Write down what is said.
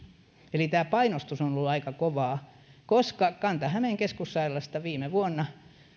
eli tämä painostus on ollut aika kovaa koska kanta hämeen keskussairaalasta viime vuonna